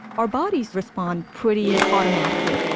our bodies respond pretty automatically.